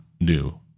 new